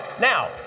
Now